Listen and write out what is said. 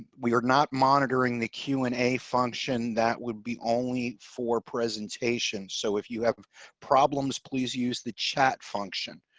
we are not monitoring the q amp and a function that would be only for presentation. so if you have problems, please use the chat function.